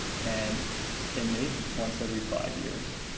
and they mate once every five years.